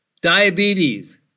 Diabetes